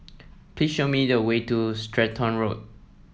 please show me the way to Stratton Road